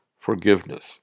forgiveness